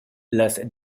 las